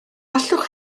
allwch